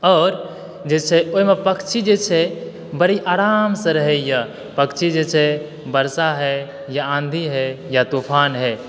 और जे छै ओइमे पक्षी जे छै बड़ी आरामसऽ रहैए पक्षी जे छै वर्षा हइ या आन्धी हइ या तूफान हइ